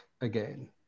again